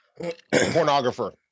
pornographer